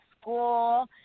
school